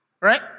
Right